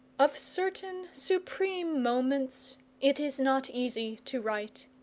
of certain supreme moments it is not easy to write.